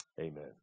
amen